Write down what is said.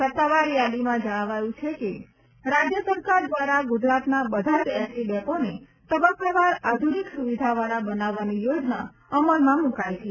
સત્તાવાર યાદીમાં જણાવ્યું છે કે રાજ્ય સરકાર દ્વારા ગ્રૂજરાતના બધા જ એસટી ડેપોને તબક્કાવાર આધ્રુનિક સૂવિધાવાળા બનાવવાની યોજના અમલમાં મૂકાઈ છે